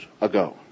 ago